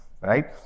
right